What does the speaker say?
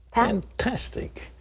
pat. um fantastic.